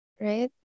Right